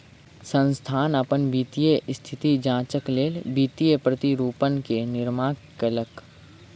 संस्थान अपन वित्तीय स्थिति जांचक लेल वित्तीय प्रतिरूपण के निर्माण कयलक